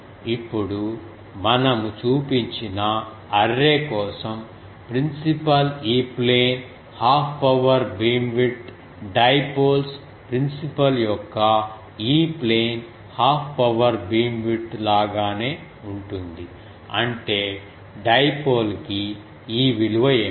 ఇప్పుడు మనము చూపించిన అర్రే కోసం principal E plane half power beamwidth dipoles principal యొక్క E plane half power beamwidth లాగానే ఉంటుంది అంటే డైపోల్ కి ఈ విలువ ఏమిటి